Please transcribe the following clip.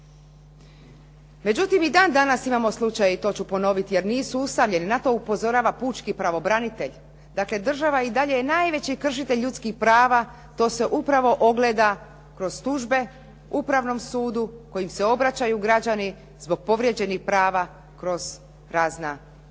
Međutim, i dan danas imamo slučaj i to ću ponoviti jer nisu ustavljeni na to upozorava pučki pravobranitelj. Dakle, država i dalje je najveći kršitelj ljudskih prava, to se upravo ogleda kroz tužbe, upravnom sudu kojim se obraćaju građani zbog povrijeđenih prava kroz razna